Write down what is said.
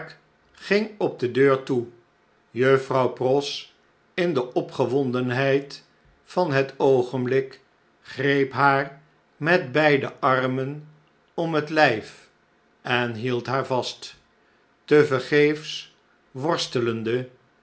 ging op de deur toe juffrouw pross in de opgewondenheid van het oogenblik greep haar met beiden armen om het lijfen hield haar vast tevergeefs worstelde